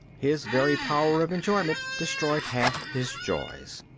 his very power of enjoyment destroyed half his joys.